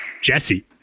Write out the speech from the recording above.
Jesse